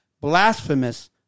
Blasphemous